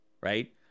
right